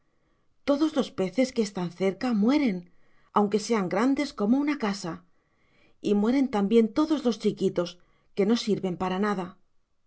todos los peces que están cerca mueren aunque sean grandes como una casa y mueren también todos los chiquitos que no sirven para nada